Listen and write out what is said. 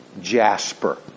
Jasper